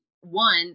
one